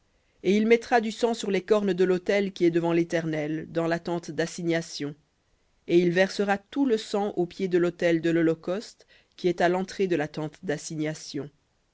et il mettra du sang sur les cornes de l'autel qui est devant l'éternel dans la tente d'assignation et il versera tout le sang au pied de l'autel de l'holocauste qui est à l'entrée de la tente d'assignation